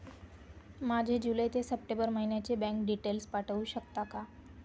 माझे जुलै ते सप्टेंबर महिन्याचे बँक डिटेल्स पाठवू शकता का?